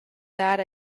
dar